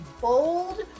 bold